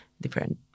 different